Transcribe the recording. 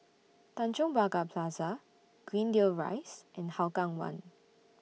Tanjong Pagar Plaza Greendale Rise and Hougang one